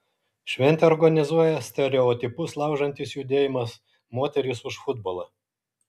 šventę organizuoja stereotipus laužantis judėjimas moterys už futbolą